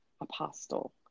apostle